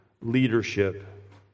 leadership